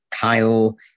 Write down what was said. Kyle